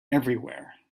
everywhere